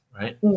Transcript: right